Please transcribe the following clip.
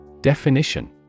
Definition